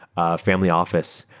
a family office,